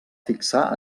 fixar